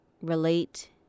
relate